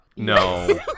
No